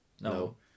No